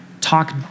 talk